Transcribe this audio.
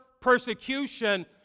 persecution